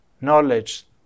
knowledge